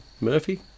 Murphy